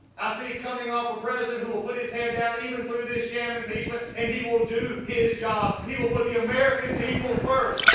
ah see coming up, a president who will put his head down even through this sham impeachment, and he will do his job. he will put the american people first.